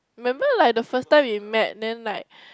remember like the first time we met then like